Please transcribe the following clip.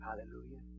Hallelujah